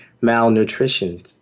malnutrition